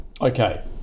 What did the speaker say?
Okay